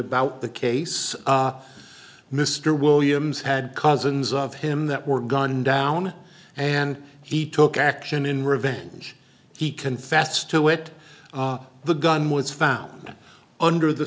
about the case mr williams had cousins of him that were gunned down and he took action in revenge he confessed to it the gun was found under the